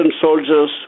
soldiers